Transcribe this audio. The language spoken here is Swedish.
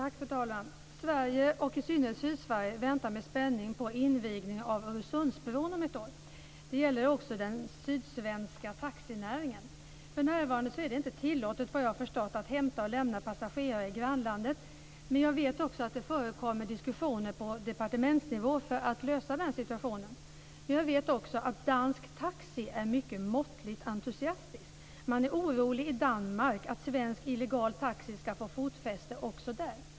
Fru talman! Sverige och i synnerhet Sydsverige väntar med spänning på invigningen av Öresundsbron om ett år. Det gäller också den sydsvenska taxinäringen. För närvarande är det inte tillåtet, såvitt jag vet, att hämta och lämna passagerare i grannlandet. Men jag vet att det förekommer diskussioner på departementsnivå för att lösa situationen. Jag vet också att dansk taxi är måttligt entusiastisk. Man är orolig i Danmark för att svensk illegal taxi skall få fotfäste också där.